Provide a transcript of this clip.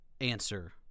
answer